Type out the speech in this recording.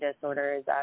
disorders